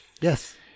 yes